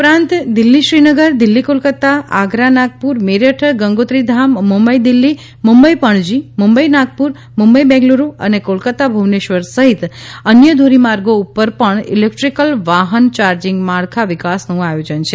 ઉપરાંત દિલ્હી શ્રીનગર દિલ્ફી કોલાકાતા આગરા નાગપુર મેરઠ ગંગોત્રીધામ મુંબઈ દિલ્ફી મુંબઈ પણજી મુંબઈ નાગપુર મુંબઈ બેંગ્લુરૂ અને કોલકાતા ભુવનેશ્વર સહિત અન્ય ધોરીમાર્ગો ઉપર પણ ઇલેક્ટ્રીકલ વાહન ચાર્જિંગ માળખા વિકાસનું આયોજન છે